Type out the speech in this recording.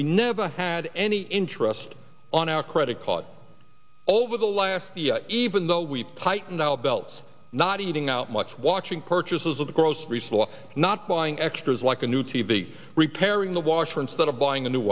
we never had any interest on our credit card over the last even though we've tightened our belts not eating out much watching purchases of the grocery store not buying extras like a new t v repairing the washer instead of buying a new